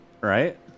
Right